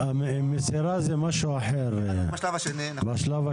המסירה זה משהו אחר, רק בשלב השני.